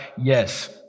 yes